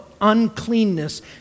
uncleanness